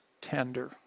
tender